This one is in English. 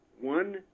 One